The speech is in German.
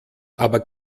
aber